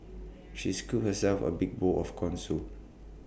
she scooped herself A big bowl of Corn Soup